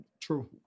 True